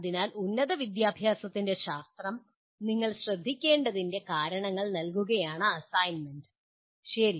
അതിനാൽ ഉന്നതവിദ്യാഭ്യാസത്തിൻ്റെ ശാസ്ത്രം നിങ്ങൾ ശ്രദ്ധിക്കേണ്ടതിൻ്റെ കാരണങ്ങൾ നൽകുകയാണ് അസൈൻമെൻ്റ് ശരി